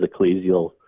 ecclesial